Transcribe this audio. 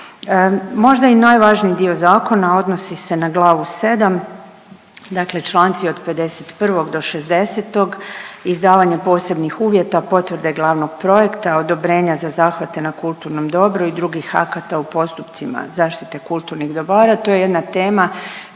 Možda i najvažniji dio zakona odnosi se na glavu VII. dakle čl. od 51. do 60., izdavanje posebnih uvjeta, potvrde glavnog projekta, odobrenja za zahvate na kulturnom dobru i drugih akata u postupcima zaštite kulturnih dobara.